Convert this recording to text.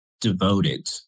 devoted